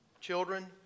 children